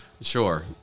Sure